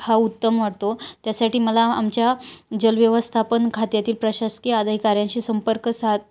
हा उत्तम वाटतो त्यासाठी मला आमच्या जलव्यवस्थापन खात्यातील प्रशासकीय अधिकाऱ्याशी संपर्क सात